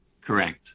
Correct